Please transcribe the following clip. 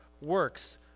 works